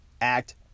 Act